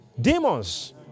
Demons